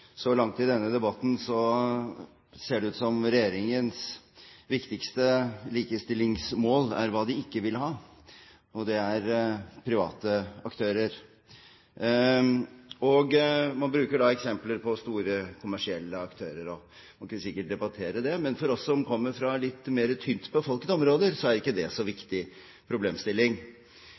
Så langt i denne debatten ser det ut som om regjeringens viktigste likestillingsmål er hva de ikke vil ha, og det er private aktører. Man bruker da eksempler på store kommersielle aktører. Man kan sikkert debattere det, men for oss som kommer fra litt mer tynt befolkede områder, er ikke det en så viktig problemstilling.